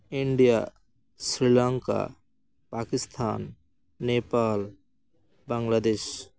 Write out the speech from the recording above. India Sri Lanka Pakistan Nepal Bangladesh